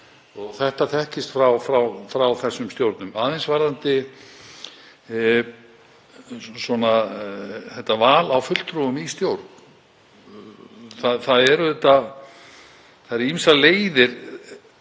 Þetta þekkist frá þessum stjórnum. Aðeins varðandi val á fulltrúum í stjórn. Það eru ýmsar leiðir